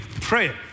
prayer